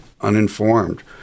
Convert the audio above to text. uninformed